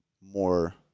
more